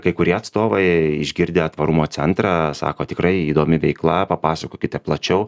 kai kurie atstovai išgirdę tvarumo centrą sako tikrai įdomi veikla papasakokite plačiau